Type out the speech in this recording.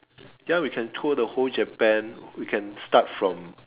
ya we can tour the whole Japan we can start from